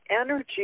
energy